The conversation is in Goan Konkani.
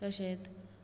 तशेंच